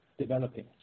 developing